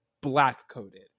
black-coated